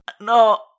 No